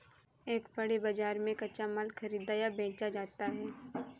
एक पण्य बाजार में कच्चा माल खरीदा या बेचा जाता है